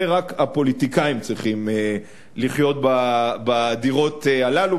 זה רק הפוליטיקאים צריכים לחיות בדירות הללו,